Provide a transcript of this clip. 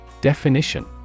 Definition